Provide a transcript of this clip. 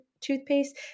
toothpaste